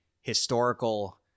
historical